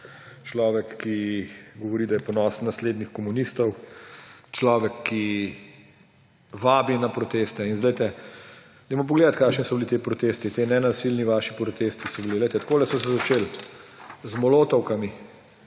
človek, ki govori, da je ponosen naslednik komunistov, človek, ki vabi na proteste. In poglejmo kakšni so bili ti protesti, ti nenasilni vaši protesti. Poglejte, takole so se začeli, z molotovkami